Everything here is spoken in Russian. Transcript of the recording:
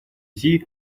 связи